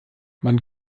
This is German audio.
man